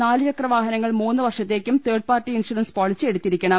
നാലുചക്ര വാഹനങ്ങൾ മൂന്നുവർഷ ത്തേക്കും തേർഡ് പാർട്ടി ഇൻഷൂറൻസ് പോളിസി എടുത്തിരിക്കണം